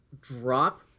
drop